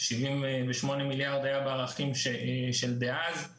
78 מיליארד שקל בערכים של אז;